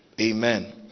amen